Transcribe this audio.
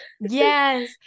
Yes